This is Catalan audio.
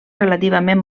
relativament